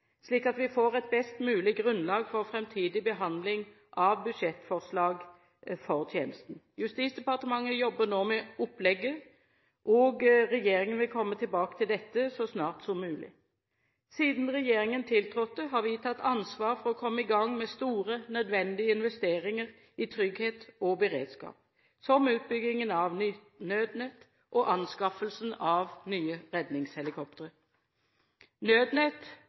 slik at vi får et best mulig grunnlag for framtidig behandling av budsjettforslag for tjenesten. Justisdepartementet jobber nå med opplegget, og regjeringen vil komme tilbake til dette så snart som mulig. Siden regjeringen tiltrådte, har vi tatt ansvar for å komme i gang med store, nødvendige investeringer i trygghet og beredskap, som utbyggingen av nytt nødnett og anskaffelsen av nye redningshelikoptre. Nødnett